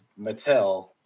Mattel